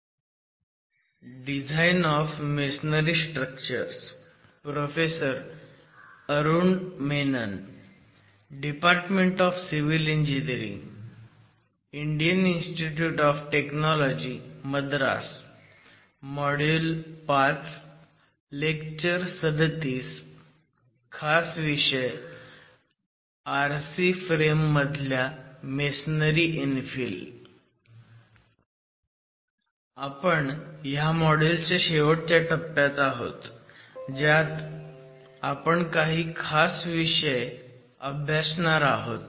खास विषय RC फ्रेममधील मेसनरी इन्फील आपण ह्या मॉड्युल च्या शेवटच्या टप्प्यात आहोत ज्यात आपण काही खास विषय बघणार आहोत